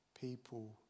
people